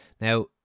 Now